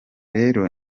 rero